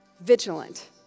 vigilant